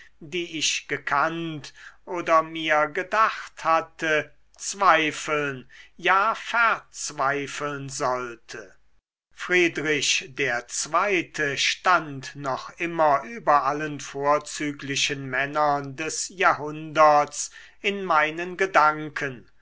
die ich gekannt oder mir gedacht hatte zweifeln ja verzweifeln sollte friedrich der zweite stand noch immer über allen vorzüglichen männern des jahrhunderts in meinen gedanken